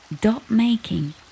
Dot-making